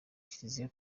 kiliziya